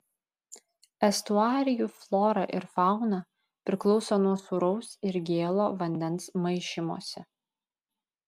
estuarijų flora ir fauna priklauso nuo sūraus ir gėlo vandens maišymosi